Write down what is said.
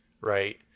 right